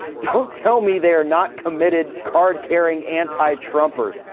don't tell me they're not committed card carrying anti-trumpers.